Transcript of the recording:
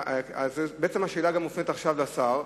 בעצם, השאלה מופנית עכשיו גם לשר: